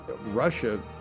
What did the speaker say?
Russia